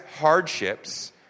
hardships